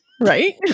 Right